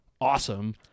Awesome